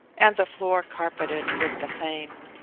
and the floor carpeted with the same.